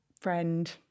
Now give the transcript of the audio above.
friend